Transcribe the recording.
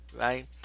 right